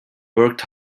worked